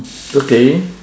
okay